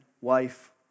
wife